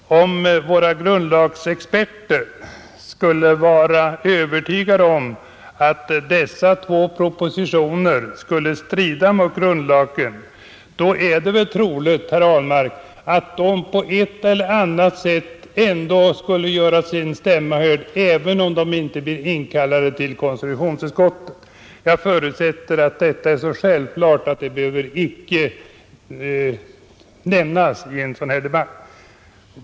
Herr talman! Skulle våra grundlagsexperter vara övertygade om att dessa två propositioner stred mot grundlagen, då är det troligt, herr Ahlmark, att de på ett eller annat sätt skulle göra sin stämma hörd även om de inte blir inkallade till konstitutionsutskottet. Jag förutsätter att detta är så självklart att det icke behöver nämnas i en sådan här debatt.